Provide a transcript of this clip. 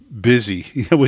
busy